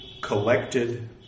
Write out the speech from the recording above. collected